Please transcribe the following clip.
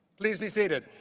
please be seated.